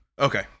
Okay